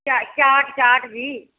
ਚਾ ਚਾਟ ਚਾਟ ਜੀ